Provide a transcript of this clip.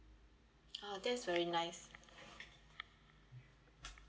oh that's very nice